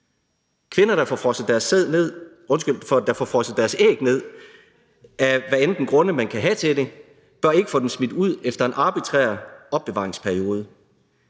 Kvinder, der får frosset deres æg ned, uanset hvilke grunde de kan have til det, bør ikke få dem smidt ud efter en arbitrær opbevaringsperiode.